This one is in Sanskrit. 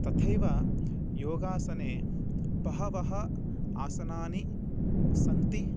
तथैव योगासने बहवः आसनानि सन्ति